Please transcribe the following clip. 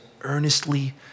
earnestly